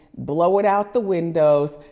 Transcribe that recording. blow it out the windows,